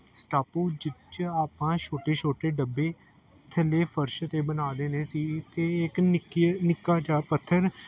ਸਟਾਪੂ ਜਿਸ 'ਚ ਛੋਟੇ ਛੋਟੇ ਡੱਬੇ ਥੱਲੇ ਫਰਸ਼ 'ਤੇ ਬਣਾ ਦੇਣੇ ਸੀ ਅਤੇ ਇੱਕ ਨਿੱਕੇ ਨਿੱਕਾ ਜਿਹਾ ਪੱਥਰ